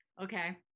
okay